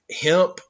hemp